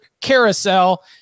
carousel